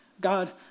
God